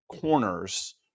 corners